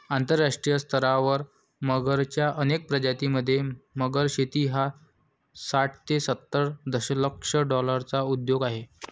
आंतरराष्ट्रीय स्तरावर मगरच्या अनेक प्रजातीं मध्ये, मगर शेती हा साठ ते सत्तर दशलक्ष डॉलर्सचा उद्योग आहे